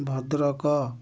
Bhadrak